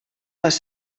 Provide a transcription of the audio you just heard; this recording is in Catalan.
les